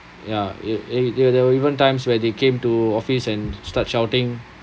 ya it it there were even times where they came to office and start shouting